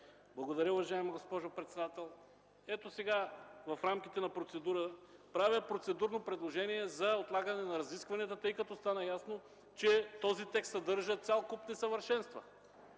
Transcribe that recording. Благодаря, уважаема госпожо председател. Ето сега, в рамките на процедура правя процедурно предложение за отлагане на разискванията, тъй като стана ясно, че този текст съдържа цял куп несъвършенства.